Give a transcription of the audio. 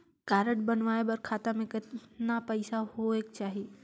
Card बनवाय बर खाता मे कतना पईसा होएक चाही?